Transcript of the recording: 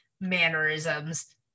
mannerisms